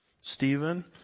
Stephen